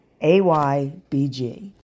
A-Y-B-G